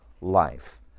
life